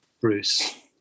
Bruce